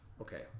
Okay